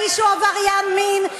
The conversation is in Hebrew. האיש היה עבריין מין,